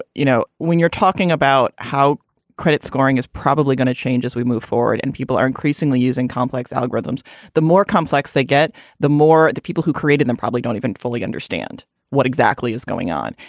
you know when you're talking about how credit scoring is probably going to change as we move forward and people are increasingly using complex algorithms the more complex they get the more the people who created them probably don't even fully understand what exactly is going on.